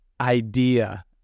idea